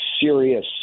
serious